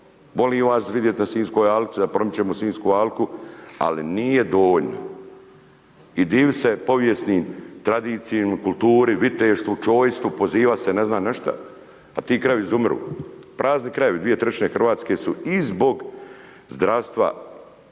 Volim vas vidjeti na Sinjskoj alki da promičemo Sinjsku alku ali nije dovoljno i diviti se povijesnim tradicijama, kulturi, viteštvu, čojstvu, pozivati se ne znam na nešto a ti krajevi izumiru, prazni krajevi, dvije trećine Hrvatske su i zbog zdravstva su